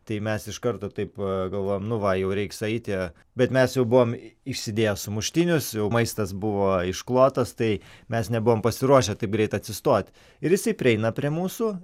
tai mes iš karto taip galvojom nu va jau reiks eiti bet mes jau buvom išsidėję sumuštinius jau maistas buvo išklotas tai mes nebuvom pasiruošę taip greit atsistot ir jisai prieina prie mūsų